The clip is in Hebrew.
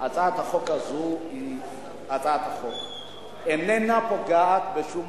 שהצעת החוק הזאת איננה פוגעת בשום